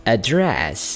Address